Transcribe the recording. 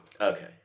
okay